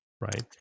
right